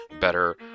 better